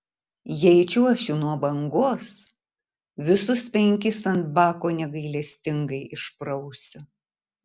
jei čiuošiu nuo bangos visus penkis ant bako negailestingai išprausiu